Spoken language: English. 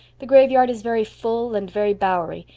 the graveyard is very full and very bowery,